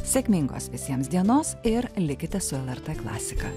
sėkmingos visiems dienos ir likite su lrt klasika